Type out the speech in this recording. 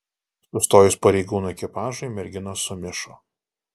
sustojus pareigūnų ekipažui merginos sumišo